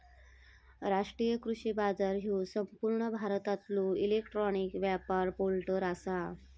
राष्ट्रीय कृषी बाजार ह्यो संपूर्ण भारतातलो इलेक्ट्रॉनिक व्यापार पोर्टल आसा